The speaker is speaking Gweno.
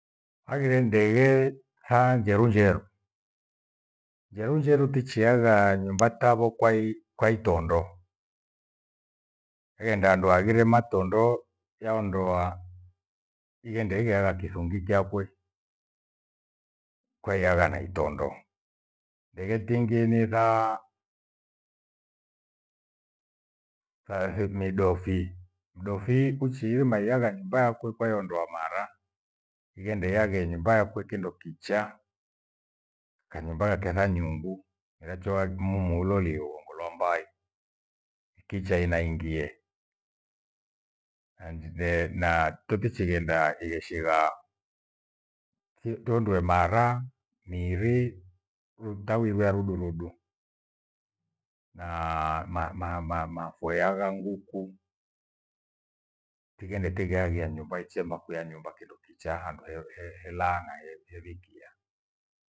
Aghire ndeghe ha njerunjeru. Njerunjeru tichiagha nyumba tavyo kwa itondo. Eghenda andu aghire matondo yaondoa ighede igheagha kisungi chakwe kwa iyagha na itondo. Ndeghe tingi ni tha, thathe ni dofi. Dofi uchiirima iagha nyumba yakwe kwaiondoa mara ighende iyaghe nyumba yakwe kindo kichaa ka nyumba yake ketha nyungu mirachoo mumulio uliongo lua mbai kicha inaingie. And the na tukicheghenda igheshigha tuundue mara mirii utawiwea rudu rudu na ma-mafuyagha ghuku tighe nitigheagia nyumba ichie makua ya nyumba kindo kichaa handu he-hela na hevikia.